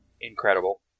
incredible